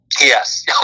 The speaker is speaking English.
Yes